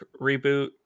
reboot